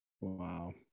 Wow